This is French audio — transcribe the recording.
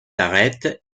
arêtes